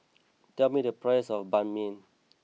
tell me the price of Banh Mi